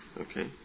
Okay